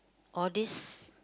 all this